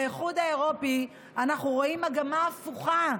באיחוד האירופי אנחנו רואים מגמה הפוכה,